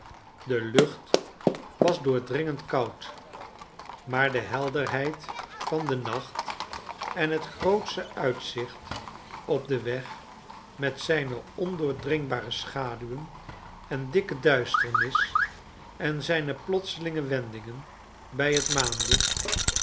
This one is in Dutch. de lucht was doordringend koud maar de helderheid van den nacht en het grootsche uitzicht op den weg met zijne ondoordringbare schaduwen en dikke duisternis en zijne plotselinge wendingen bij het